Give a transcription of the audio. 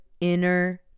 inner